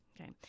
Okay